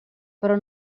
però